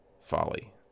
folly